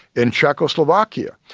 in czechoslovakia,